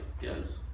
Yes